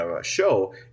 show